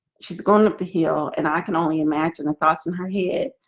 she's going up the hill and i can only imagine the thoughts in her head